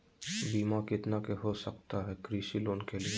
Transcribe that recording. बीमा कितना के हो सकता है कृषि लोन के लिए?